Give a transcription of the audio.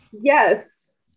Yes